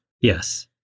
Yes